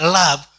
love